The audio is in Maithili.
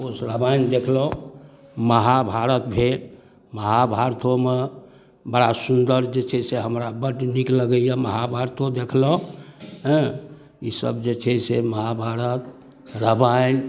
ओ से रामायण देखलहुँ महाभारत भेल महाभारतोमे बड़ा सुन्दर जे छै से हमरा बड़ नीक लगैए महाभारतो देखलहुँ हँ ईसब जे छै से महाभारत रामायण